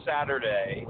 Saturday